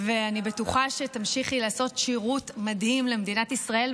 ואני בטוחה שתמשיכי לעשות שירות מדהים למדינת ישראל.